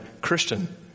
Christian